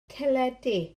teledu